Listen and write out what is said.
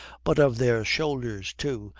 but of their shoulders too,